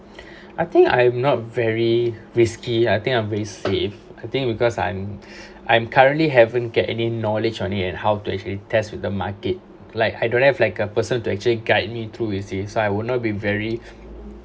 I think I am not very risky I think I'm pretty safe I think because I'm I'm currently haven't get any knowledge on it and how to actually test with the market like I don't have like a person to actually guide me through you see so I will not be very